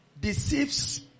deceives